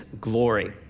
glory